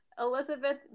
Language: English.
Elizabeth